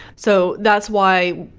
so that's why